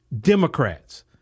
Democrats